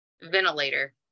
ventilator